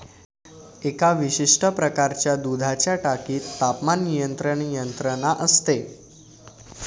एका विशिष्ट प्रकारच्या दुधाच्या टाकीत तापमान नियंत्रण यंत्रणा असते